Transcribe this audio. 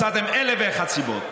מצאתם אלף ואחת סיבות.